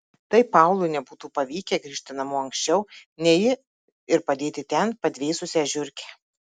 tai paului nebūtų pavykę grįžti namo anksčiau nei ji ir padėti ten padvėsusią žiurkę